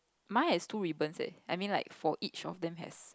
mine has two ribbons eh I mean like for each of them has